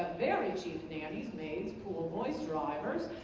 very cheap nannies, maids, pool boys, drivers.